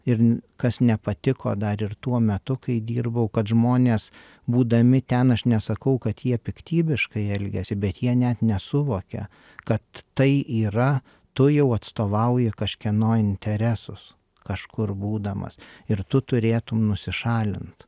ir kas nepatiko dar ir tuo metu kai dirbau kad žmonės būdami ten aš nesakau kad jie piktybiškai elgiasi bet jie net nesuvokia kad tai yra tu jau atstovauji kažkieno interesus kažkur būdamas ir tu turėtum nusišalint